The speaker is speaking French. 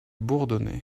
bourdonnaient